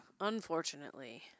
Unfortunately